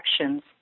actions